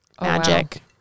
Magic